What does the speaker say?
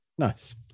Nice